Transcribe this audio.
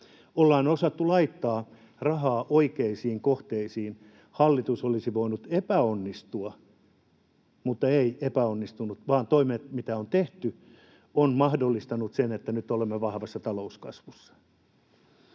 Ollaan osattu laittaa rahaa oikeisiin kohteisiin. Hallitus olisi voinut epäonnistua mutta ei epäonnistunut, vaan toimet, mitä on tehty, ovat mahdollistaneet sen, että nyt olemme vahvassa talouskasvussa.